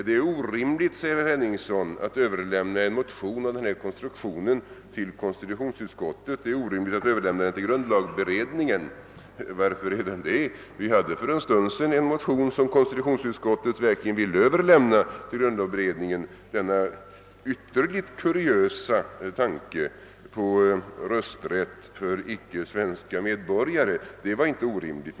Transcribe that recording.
Det är orimligt, säger herr Henningsson, att överlämna en motion av denna konstruktion till grundlagberedningen. Varför? Vi hade för en stund sedan en motion som konstitutionsutskottet verkligen ville överlämna till grundlagberedningen — denna ytterligt kuriösa tanke på rösträtt för icke svenska medborgare — och det var inte orimligt.